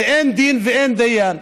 ואין דין ואין דיין.